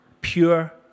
pure